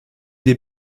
des